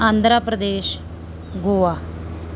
Andhra Pradesh Goa